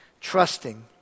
Trusting